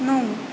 नौ